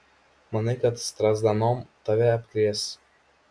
manai kad strazdanom tave apkrės